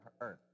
earth